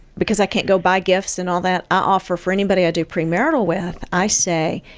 because i can't go buy gifts and all that i offer for anybody i do premarital with, i say,